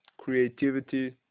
creativity